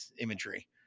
imagery